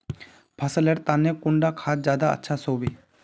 फसल लेर तने कुंडा खाद ज्यादा अच्छा सोबे?